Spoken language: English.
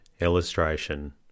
Illustration